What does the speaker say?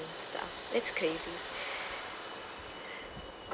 stuff that's crazy